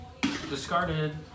Discarded